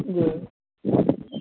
जी